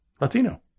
Latino